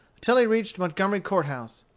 until he reached montgomery court house.